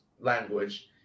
language